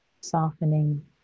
softening